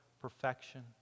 perfection